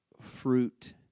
fruit